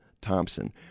Thompson